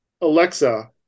Alexa